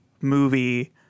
movie